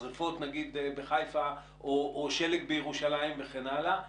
שרפות למשל בחיפה או שלג בירושלים האם